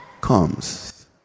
comes